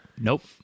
Nope